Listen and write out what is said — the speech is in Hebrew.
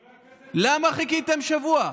חבר הכנסת קיש, למה חיכיתם שבוע?